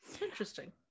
Interesting